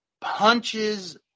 punches